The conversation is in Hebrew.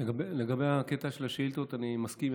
לגבי הקטע של השאילתות אני מסכים.